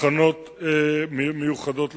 הכנות מיוחדות לשחרור.